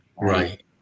Right